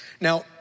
Now